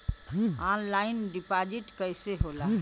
Online deposit कैसे होला?